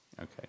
Okay